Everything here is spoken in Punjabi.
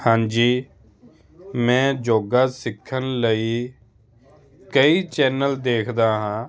ਹਾਂਜੀ ਮੈਂ ਯੋਗਾ ਸਿੱਖਣ ਲਈ ਕਈ ਚੈਨਲ ਦੇਖਦਾ ਹਾਂ